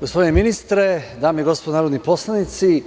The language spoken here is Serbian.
Gospodine ministre, dame i gospodo narodni poslanici,